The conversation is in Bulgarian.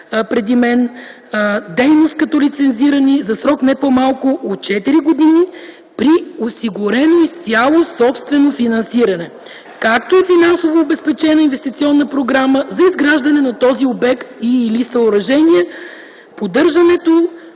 преди мен, дейност като лицензирани за срок не по-малко от четири години при осигурено изцяло собствено финансиране, както и финансово обезпечена инвестиционна програма за изграждане на този обект и/или съоръжение, поддържането